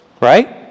Right